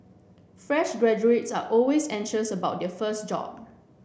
fresh graduates are always anxious about their first job